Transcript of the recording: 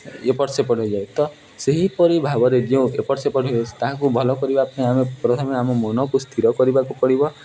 ଏପଟ ସେପଟ ହୋଇଯାଏ ତ ସେହିପରି ଭାବରେ ଯେଉଁ ଏପଟ ସେପଟ ହୋଇଯାଉଛି ତାହାକୁ ଭଲ କରିବା ପାଇଁ ଆମେ ପ୍ରଥମେ ଆମ ମନକୁ ସ୍ଥିର କରିବାକୁ ପଡ଼ିବ